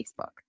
Facebook